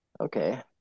Okay